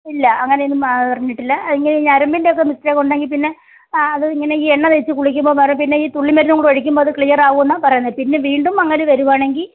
ഇല്ല അങ്ങനെയൊന്നും പറഞ്ഞിട്ടില്ല ഇങ്ങന്നെ ഈ ഞരമ്പിൻ്റെ ഒക്കെ മിസ്റ്റേക്കുണ്ടെങ്കിൽ പിന്നെ അത് ഇങ്ങനെ ഈ എണ്ണ തേച്ചു കുളിക്കുമ്പോൾ മാറും പിന്നെ ഈ തുള്ളി മരുന്ന് കൂടെ ഒഴിക്കുമ്പോൾ അത് ക്ലിയറാവും എന്നാണ് പറയുന്നത് പിന്നെ വീണ്ടും അങ്ങനെ വരികയാണെങ്കിൽ